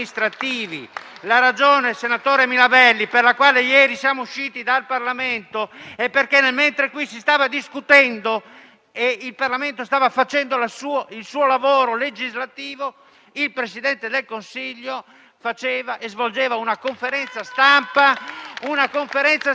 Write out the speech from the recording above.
interessati a cambi di maggioranza o a formule ambigue che non ci interessano. Ci troverete con voi nella misura in cui i vostri provvedimenti sono sostenibili e questo l'ha detto il nostro presidente Berlusconi in modo chiaro e inequivoco. Lo sta dicendo da giorni.